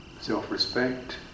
self-respect